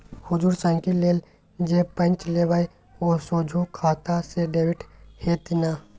हुजुर साइकिल लेल जे पैंच लेबय ओ सोझे खाता सँ डेबिट हेतेय न